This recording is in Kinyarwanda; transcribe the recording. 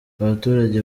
abaturage